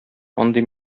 андый